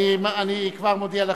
אני כבר מודיע לכם.